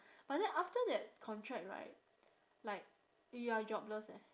but then after that contract right like you are jobless eh